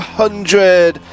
hundred